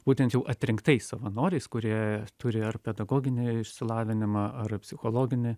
būtent jau atrinktais savanoriais kurie turi ar pedagoginį išsilavinimą ar psichologinį